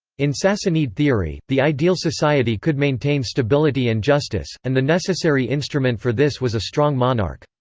in sassanid theory, the ideal society could maintain stability and justice, and the necessary instrument for this was a strong monarch.